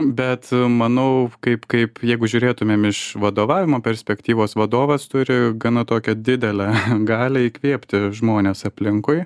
bet manau kaip kaip jeigu žiūrėtumėm iš vadovavimo perspektyvos vadovas turi gana tokią didelę galią įkvėpti žmones aplinkui